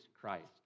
Christ